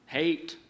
hate